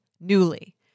Newly